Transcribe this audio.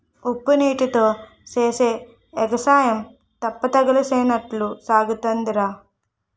ఉప్పునీటీతో సేసే ఎగసాయం తెప్పతగలేసినట్టే సాగుతాదిరా